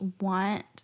want